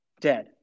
dead